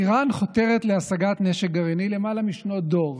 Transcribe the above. איראן חותרת להשגת נשק גרעיני למעלה משנות דור.